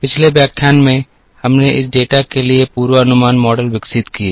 पिछले व्याख्यान में हमने इस डेटा के लिए पूर्वानुमान मॉडल विकसित किए